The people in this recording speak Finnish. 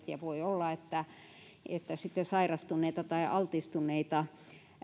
ja voi olla että että sitten sairastuneita tai altistuneita